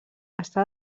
està